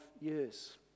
years